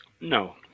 No